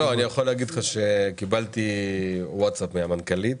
אני יכול להגיד לך שקיבלתי וואטסאפ מהמנכ"לית.